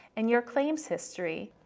and your claims history.